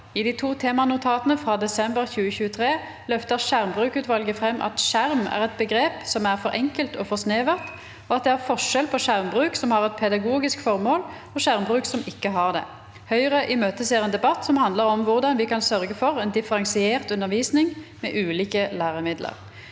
I de to temanotatene fra desember 2023 løfter Skjerm- brukutvalget frem at «skjerm» er et begrep som er for enkelt og for snevert, og at det er forskjell på skjermbruk som har et pedagogisk formål, og skjermbruk som ikke har det. Høyre imøteser en debatt som handler om hvor- dan vi kan sørge for en differensiert undervisning, med ulike læremidler.